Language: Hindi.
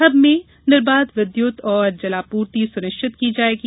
हब में निर्बाध विद्युत एवं जलापूर्ति सुनिश्चित की जाएगी